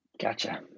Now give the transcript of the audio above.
Gotcha